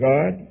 God